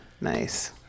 Nice